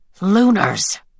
Lunars